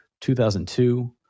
2002